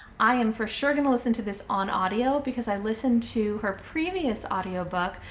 i am for sure gonna listen to this on audio because i listened to her previous audiobook,